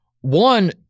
One